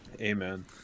Amen